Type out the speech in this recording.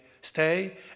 stay